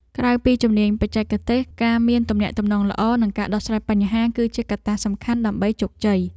ក្រៅពីជំនាញបច្ចេកទេស ការមានទំនាក់ទំនងល្អនិងការដោះស្រាយបញ្ហា គឺជាកត្តាសំខាន់ដើម្បីជោគជ័យ។